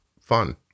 fun